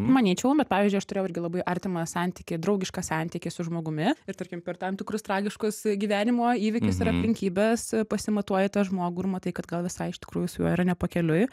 manyčiau bet pavyzdžiui aš turėjau irgi labai artimą santykį draugišką santykį su žmogumi ir tarkim per tam tikrus tragiškus gyvenimo įvykius ir aplinkybes pasimatuoji tą žmogų ir matai kad gal visai iš tikrųjų su juo yra nepakeliui